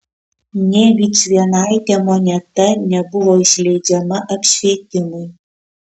nė vičvienaitė moneta nebuvo išleidžiama apšvietimui